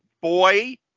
boy